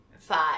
five